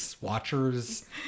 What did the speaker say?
Watchers